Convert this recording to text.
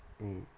mm